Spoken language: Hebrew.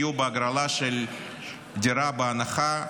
בהגרלה של דירה בהנחה,